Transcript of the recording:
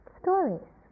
stories